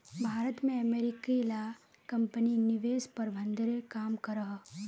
भारत में अमेरिकी ला कम्पनी निवेश प्रबंधनेर काम करोह